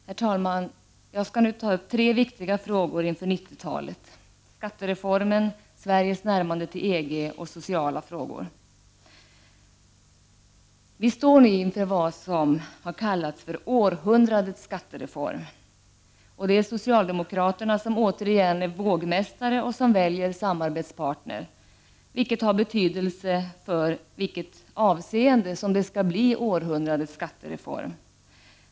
Herr talman! Jag skall nu ta upp tre viktiga frågor inför 90-talet. Det gäller skattereformen, Sveriges närmande till EG och sociala frågor. Vi står nu inför vad som har kallats ”århundradets skattereform”. Det är socialdemokraterna som återigen är vågmästare och som väljer samarbetspartner, vilket har betydelse för i vilket avseende det skall bli århundradets skattereform.